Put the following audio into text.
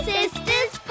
Sisters